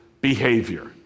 behavior